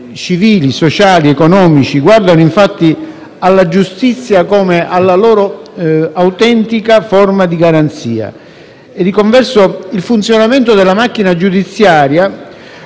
civili, sociali, economici guardano infatti alla giustizia come alla loro autentica forma di garanzia e, di converso, il funzionamento della macchina giudiziaria